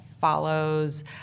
follows